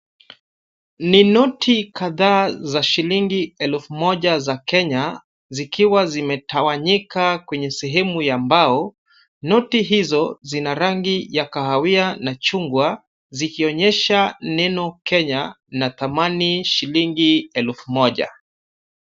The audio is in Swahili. Ni noti kadhaa za shilingi elfu moja za Kenya, zikiwa zimetawanyika kweny sehemu ya mbao. Noti hizo zina rangi ya kahawia na chungwa zikionyesha neno Kenya na dhamani shilingi elfu moja.